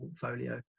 portfolio